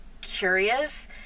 curious